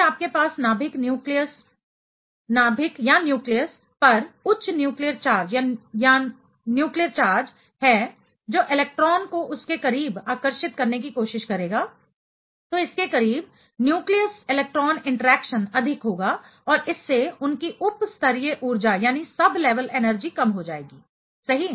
यदि आपके पास नाभिक न्यूक्लियस पर उच्च न्यूक्लियर चार्ज है जो इलेक्ट्रॉन को उसके करीब आकर्षित करने की कोशिश करेगा तो इसके करीब न्यूक्लियस इलेक्ट्रॉन इंटरेक्शन अधिक होगा और इससे उनकी उप स्तरीय ऊर्जा सब लेवल एनर्जी कम हो जाएगी सही